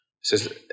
says